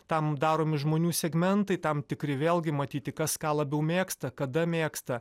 tam daromi žmonių segmentai tam tikri vėlgi matyti kas ką labiau mėgsta kada mėgsta